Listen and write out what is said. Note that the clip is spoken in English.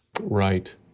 Right